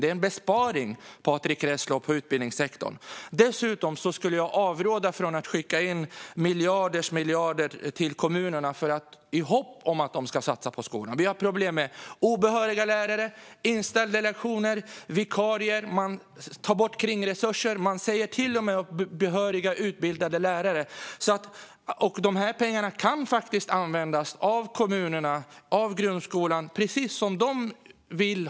Det är en besparing på utbildningssektorn, Patrick Reslow. Dessutom skulle jag avråda från att skicka miljarders miljarder till kommunerna i hopp om att de ska satsa på skolan. Vi har problem med obehöriga lärare, inställda lektioner och vikarier. Man tar bort kringresurser. Man säger till och med upp behöriga utbildade lärare. De här pengarna kan faktiskt kommunerna och grundskolan använda precis som de vill.